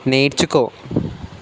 నేర్చుకో